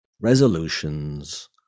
resolutions